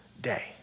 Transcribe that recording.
day